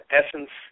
essence